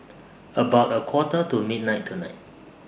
about A Quarter to midnight tonight